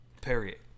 period